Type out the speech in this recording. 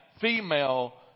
female